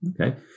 Okay